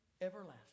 everlasting